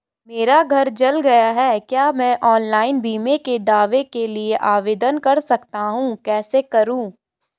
मेरा घर जल गया है क्या मैं ऑनलाइन बीमे के दावे के लिए आवेदन कर सकता हूँ कैसे करूँ?